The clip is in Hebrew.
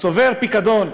צובר פיקדון.